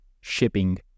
shipping